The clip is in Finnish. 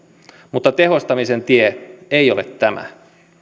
mutta tehostamisen tie ei ole tämä